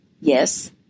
Yes